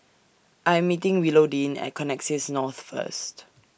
I Am meeting Willodean At Connexis North First